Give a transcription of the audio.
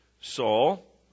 Saul